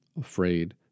afraid